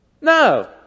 No